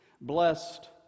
Blessed